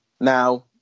now